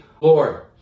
Lord